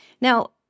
Now